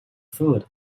food